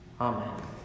Amen